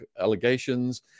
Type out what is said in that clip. allegations